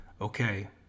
okay